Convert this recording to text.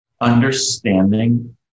understanding